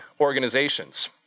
organizations